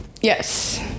Yes